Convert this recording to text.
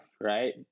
right